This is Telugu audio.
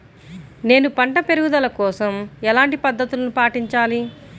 నేను పంట పెరుగుదల కోసం ఎలాంటి పద్దతులను పాటించాలి?